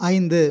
ஐந்து